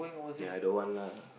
ya I don't want lah